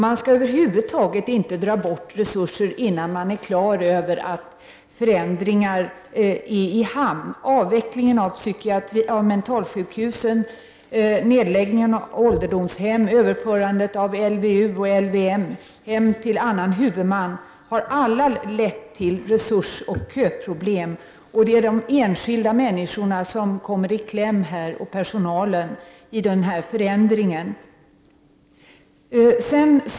Man skall över huvud taget inte dra bort resurser innan man är klar över att förändringar är i hamn. Avvecklingen av mentalsjukhusen, nedläggningen av ålderdomshem, överförandet av LVU och LVM-hem till annan huvudman är åtgärder som alla har lett till resursoch köproblem. Det är de enskilda människorna och personalen som kommer i kläm i den här förändringen.